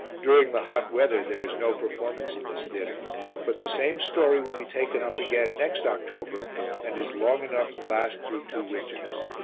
during the hot weather there is no performance in this theatre but the same story will be taken up again next october and is long enough to last through two winters.